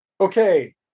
Okay